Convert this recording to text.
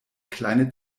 kleine